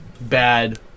bad